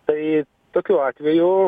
tai tokiu atveju